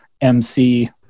MC